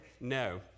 no